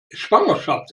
schwangerschaft